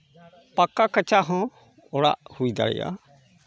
ᱯᱟᱸᱠᱟ ᱠᱟᱸᱪᱟ ᱦᱚᱸ ᱚᱲᱟᱜ ᱦᱩᱭ ᱫᱟᱲᱮᱭᱭᱟᱜᱼᱟ